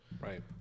Right